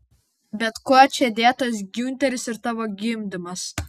bet kuo čia dėtas giunteris ir tavo gimdymas